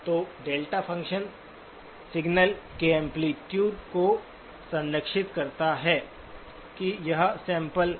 तो delta function signal के amplitude को संरक्षित करता है कि यह सैंपल है